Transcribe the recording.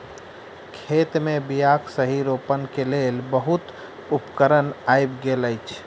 खेत मे बीयाक सही रोपण के लेल बहुत उपकरण आइब गेल अछि